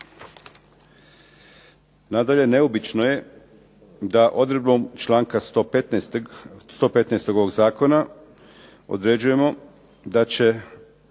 Nadalje neobično je da odredbom članka 115. ovog zakona određujemo da će